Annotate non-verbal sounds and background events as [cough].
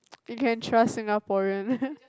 you can trust Singaporean [laughs]